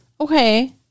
Okay